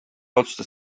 otsustas